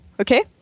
Okay